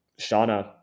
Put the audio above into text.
Shauna